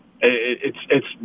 it's—it's